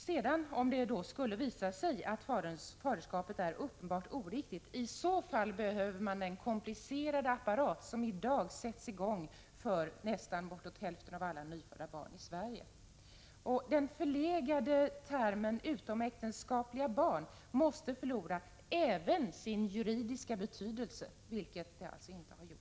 Först om det sedan skulle visa sig att faderskapet är uppenbart oriktigt, behöver man den komplicerade apparat som i dag sätts i gång för bortåt hälften av alla nyfödda barn i Sverige. Den förlegade termen ”utomäktenskapliga barn” måste förlora även sin juridiska betydelse, vilket den ännu inte har gjort.